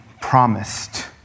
promised